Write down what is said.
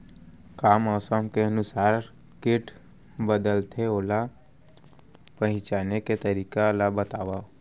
का मौसम के अनुसार किट बदलथे, ओला पहिचाने के तरीका ला बतावव?